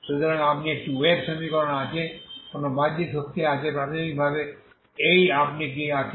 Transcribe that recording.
সুতরাং আপনি একটি ওয়েভ সমীকরণ আছে কোন বাহ্যিক শক্তি আছে প্রাথমিকভাবে এই আপনি কি আছে